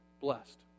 blessed